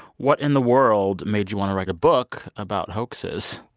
what in the world made you want to write a book about hoaxes?